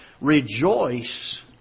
rejoice